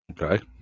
Okay